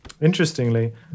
Interestingly